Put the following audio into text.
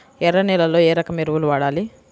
ఎర్ర నేలలో ఏ రకం ఎరువులు వాడాలి?